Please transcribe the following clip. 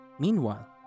Meanwhile